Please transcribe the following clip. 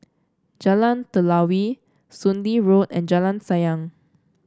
Jalan Telawi Soon Lee Road and Jalan Sayang